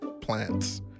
plants